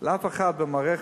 לאף אחד במערכת